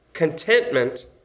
Contentment